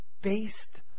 based